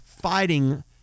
fighting